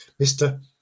Mr